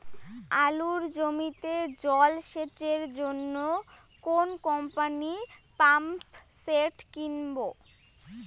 আলুর জমিতে জল সেচের জন্য কোন কোম্পানির পাম্পসেট কিনব?